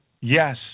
Yes